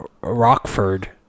Rockford